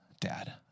Dad